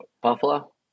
Buffalo